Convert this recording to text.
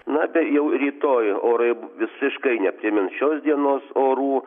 na tai jau rytoj orai visiškai neprimena šios dienos orų